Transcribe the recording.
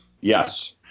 yes